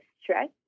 stress